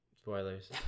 Spoilers